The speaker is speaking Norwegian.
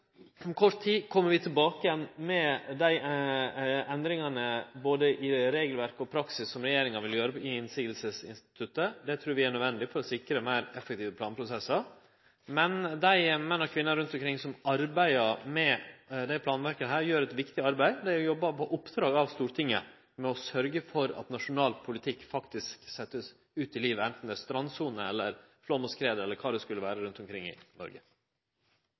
Om kort tid kjem vi tilbake med dei endringane i både regelverk og praksis som regjeringa vil gjere i motsegnsinstituttet. Det trur vi er nødvendig for å sikre meir effektive planprosessar. Men dei menn og kvinner rundt omkring som arbeider med dette planverket, gjer eit viktig arbeid. Dei jobbar på oppdrag av Stortinget for å sørgje for at nasjonal politikk faktisk vert sett ut i livet, enten det dreier seg om strandsone, flaum og skred eller kva det skulle vere, rundt omkring i Noreg.